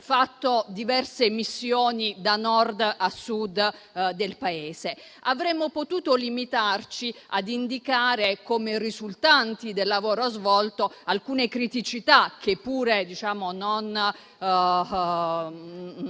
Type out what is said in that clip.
nonché fatto diverse missioni dal Nord al Sud del Paese. Avremmo potuto limitarci a indicare come risultanti del lavoro svolto alcune criticità, che pure non